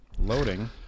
Loading